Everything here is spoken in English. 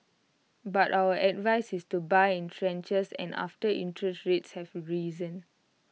but our advice is to buy in tranches and after interest rates have risen